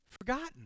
Forgotten